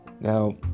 Now